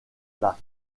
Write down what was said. lake